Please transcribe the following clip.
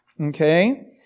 okay